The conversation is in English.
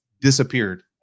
disappeared